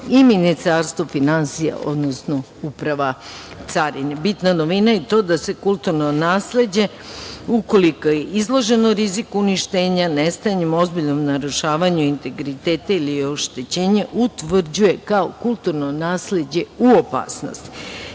i Ministarstvo finansija, odnosno Uprava carine. Bitna je novina i to da se kulturno nasleđe, ukoliko je izloženo riziku uništenja, nestajanju ozbiljnom narušavanju integriteta ili oštećenja utvrđuje kao kulturno nasleđe u opasnost. Jedan